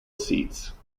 seats